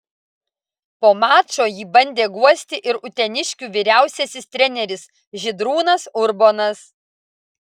po mačo jį bandė guosti ir uteniškių vyriausiasis treneris žydrūnas urbonas